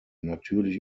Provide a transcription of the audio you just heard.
natürlich